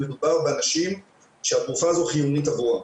מדובר באנשים שהתרופה הזאת חיונית עבורם.